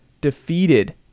defeated